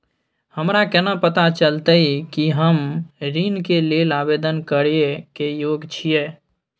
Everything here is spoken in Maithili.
हमरा केना पता चलतई कि हम ऋण के लेल आवेदन करय के योग्य छियै?